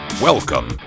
Welcome